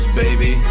baby